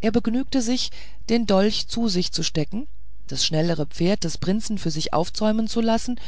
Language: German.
er begnügte sich den dolch zu sich zu stecken das schnellere pferd des prinzen für sich aufzäumen zu lassen